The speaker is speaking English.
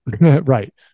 Right